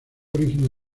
original